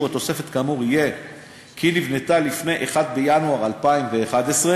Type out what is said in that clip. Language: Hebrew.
התוספת כאמור יהיה כי נבנתה לפני 1 בינואר 2011,